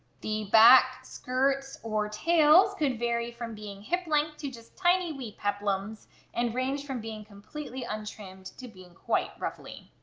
the back skirts or tails could vary from being hip length to just tiny back peplums and range from being completely untrimmed to being quite ruffly.